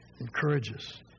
encourages